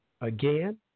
Again